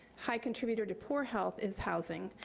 high contributor to poor health is housing.